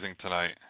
tonight